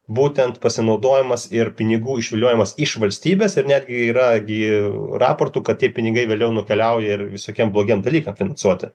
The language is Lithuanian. būtent pasinaudojimas ir pinigų išviliojimas iš valstybės ir netgi yra gi raportų kad tie pinigai vėliau nukeliauja ir visokiems blogiem dalykams finansuoti ne